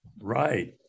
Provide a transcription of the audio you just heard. Right